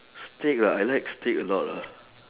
steak ah I like steak a lot lah